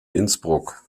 innsbruck